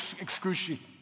excruciating